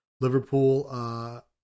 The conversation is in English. Liverpool